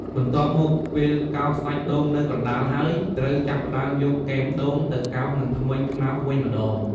បន្ទាប់មក ពេលកោសសាច់ដូងនៅកណ្តាលហើយ ត្រូវចាប់ផ្តើមយកគែមដូងទៅកោសនឹងធ្មេញខ្នោសវិញម្តង។